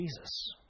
Jesus